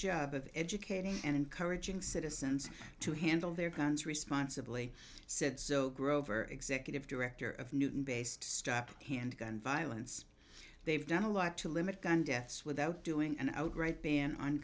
job of educating and encouraging citizens to handle their guns responsibly said so grover executive director of newton based handgun violence they've done a lot to limit gun deaths without doing an outright ban on